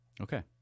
Okay